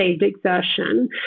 exertion